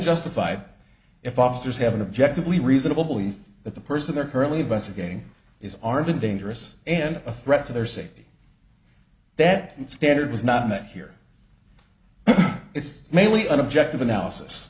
justified if officers have an objective we reasonable belief that the person they're currently bus again is armed and dangerous and a threat to their safety that standard was not met here it's mainly an objective analysis